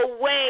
away